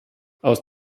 aus